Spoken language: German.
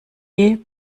ist